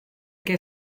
què